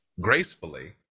gracefully